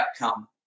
outcome